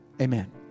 amen